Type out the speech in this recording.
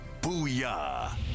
Booyah